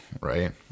right